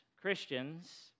Christians